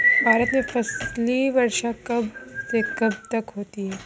भारत में फसली वर्ष कब से कब तक होता है?